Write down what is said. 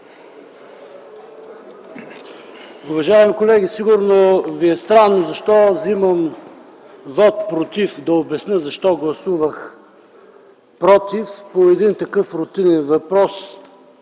Уважаеми колеги, сигурно ви е странно защо вземам вот против. Ще обясня защо гласувах „против” по такъв рутинен, може